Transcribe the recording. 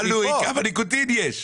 תלוי כמה ניקוטין יש.